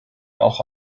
auch